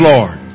Lord